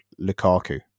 lukaku